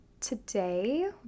Today